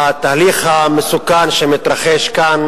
התהליך המסוכן שמתרחש כאן